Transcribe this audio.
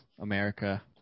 America